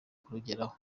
kugeraho